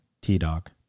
T-Dog